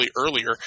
earlier